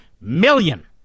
million